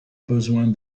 besoin